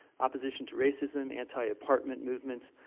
opposition to racism, anti-apartment movements.